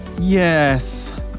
Yes